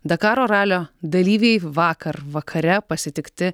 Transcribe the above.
dakaro ralio dalyviai vakar vakare pasitikti